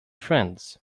friends